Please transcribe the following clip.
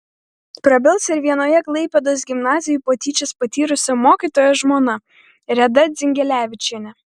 prabils ir vienoje klaipėdos gimnazijų patyčias patyrusio mokytojo žmona reda dzingelevičienė